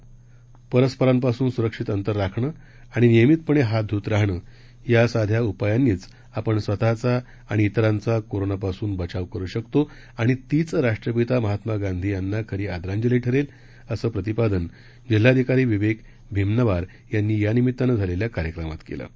कोरोनावर लस नसतानाही मास्क लावणं परस्परांपासून सुरक्षित अंतर राखणं आणि नियमितपणे हात धुत राहणं या साध्या उपायांनीच आपण स्वतःचा आणि इतरांचा कोरोनापासून बचाव करू शकतो आणि तीच राष्ट्रपिता महात्मा गांधींना खरी आदरांजली ठरेल असं प्रतिपादन जिल्हाधिकारी विवेक भीमनवार यांनी यानिमीत्तानं झालेल्या कार्यक्रमात केलं